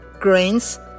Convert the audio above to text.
grains